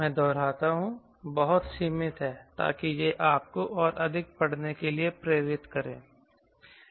मैं दोहराता हूं बहुत सीमित है ताकि यह आपको और अधिक पढ़ने के लिए प्रेरित करे